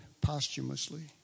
posthumously